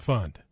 Fund